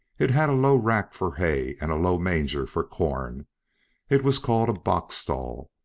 it had a low rack for hay and a low manger for corn it was called a box stall,